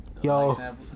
Yo